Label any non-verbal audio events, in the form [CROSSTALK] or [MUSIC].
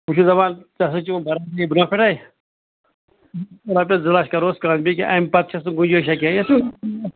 بہٕ چھُس دَپان ژےٚ سٍتۍ چھِ مےٚ برادٔری [UNINTELLIGIBLE] رۄپیَس زٕ لَچھ کَرہوس کاکدٕکۍ اَمہِ پَتہٕ چھَس نہٕ گُنجاشا کیٚنٛہہ [UNINTELLIGIBLE]